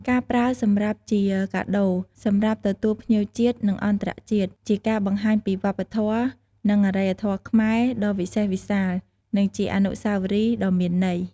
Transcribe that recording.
ការប្រើសម្រាប់ជាកាដូរ សម្រាប់ទទួលភ្ញៀវជាតិ និងអន្តរជាតិ ជាការបង្ហាញពីវប្បធម៌ និងអរិយធម៌ខ្មែរដ៏វិសេសវិសាល និងជាអនុស្សាវរីដ៏មានន័យ។